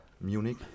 Munich